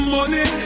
Money